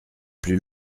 plus